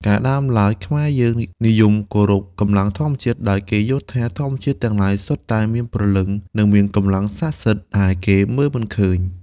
កាលដើមឡើយ ខ្មែរ យើងនិយមគោរពកម្លាំងធម្មជាតិ ដោយគេយល់ថា ធម្មជាតិទាំងឡាយសុទ្ធតែមាន ព្រលឹង និងមានកម្លាំងស័ក្តិសិទ្ធ ដែលគេមើលមិនឃើញ។